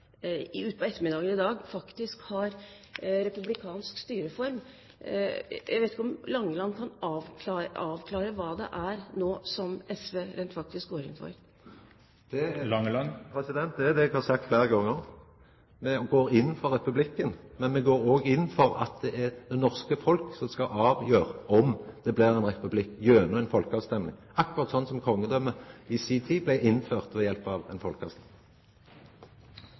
ettermiddagen i dag faktisk har republikansk styreform. Jeg vet ikke om Langeland kan avklare hva det er som SV rent faktisk går inn for. Det er det eg har sagt fleire gonger: Me går inn for republikk. Men me går òg inn for at det er det norske folk som skal avgjera om det skal bli republikk gjennom ei folkeavstemming, akkurat slik som kongedømmet i si tid blei innført ved hjelp av